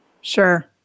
Sure